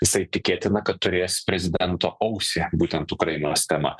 jisai tikėtina kad turės prezidento ausį būtent ukrainos tema